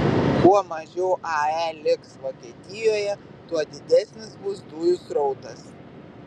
kuo mažiau ae liks vokietijoje tuo didesnis bus dujų srautas